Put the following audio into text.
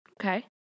Okay